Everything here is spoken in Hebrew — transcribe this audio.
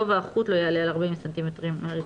גובה החוט לא יעלה על 40 סנטימטרים מהרצפה,